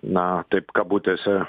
na taip kabutėse